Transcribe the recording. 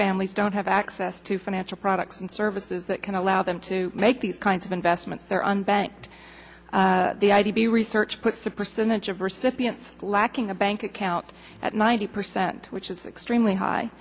families don't have access to financial products and services that can allow them to make the kinds of investments are unbanked the id research puts a percentage of recipients lacking a bank account at ninety percent which is extremely high